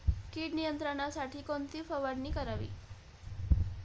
कीड नियंत्रणासाठी कोणती फवारणी करावी?